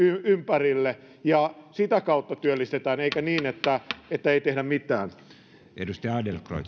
ympärille ja sitä kautta työllistetään eikä niin että että ei tehdä mitään